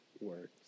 words